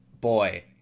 boy